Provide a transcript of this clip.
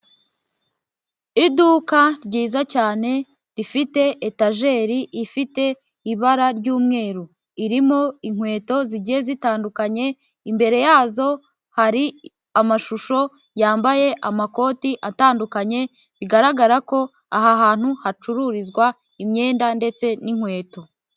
Iduka ryiza cyane rifite etajeri ifite ibara ry'umweru, irimo inkweto zigiye zitandukanye, imbere yazo hari amashusho yambaye amakoti agiye atandukanye, bigaragara ko aha hantu hacururizwa imyenda ndetse n'inkweto.